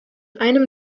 einem